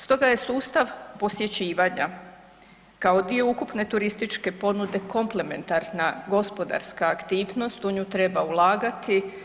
Stoga je sustav posjećivanja kao dio ukupne turističke ponude komplementarna gospodarska aktivnost, u nju treba ulagati.